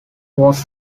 was